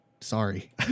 Sorry